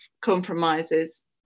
compromises